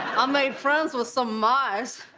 i made friends with some mice.